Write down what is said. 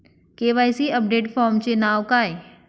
KYC update फॉर्मचे नाव काय आहे?